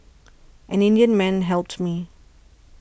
an Indian man helped me